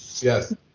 Yes